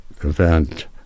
event